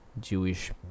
Jewish